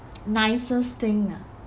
nicest thing ah